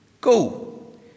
go